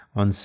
on